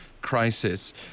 crisis